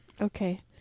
Okay